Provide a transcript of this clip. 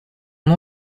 nom